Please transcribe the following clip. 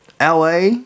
LA